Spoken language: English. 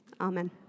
Amen